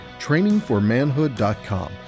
trainingformanhood.com